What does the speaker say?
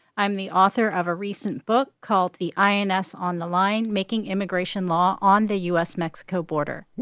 i'm the author of a recent book called the ins on the line making immigration law on the u s mexico border.